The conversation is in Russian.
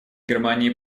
германии